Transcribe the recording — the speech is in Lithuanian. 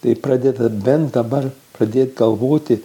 tai pradeda bent dabar pradėt galvoti